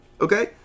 okay